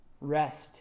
rest